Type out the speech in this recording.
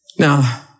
Now